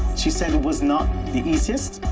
she said it was not the easiest,